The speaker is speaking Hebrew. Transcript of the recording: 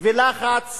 ולחץ